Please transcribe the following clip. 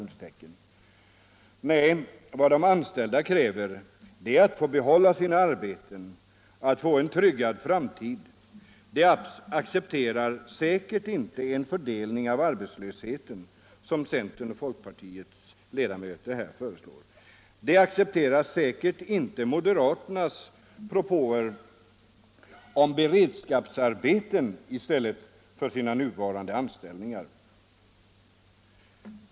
Nej, vad de anställda kräver är att få behålla sina arbeten, att få en tryggad framtid. De accepterar säkert inte en fördelning av arbetslösheten, som centern och folkpartiets ledamöter här föreslår. De accepterar säkert inte moderaternas propåer om beredskapsarbeten i stället för sina nuvarande anställningar.